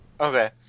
Okay